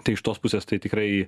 tai iš tos pusės tai tikrai